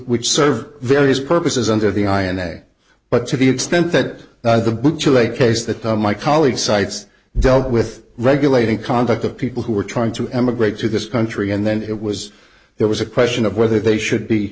which serve various purposes under the i and a but to the extent that the chill a case that of my colleagues cites dealt with regulating conduct of people who were trying to emigrate to this country and then it was there was a question of whether they should be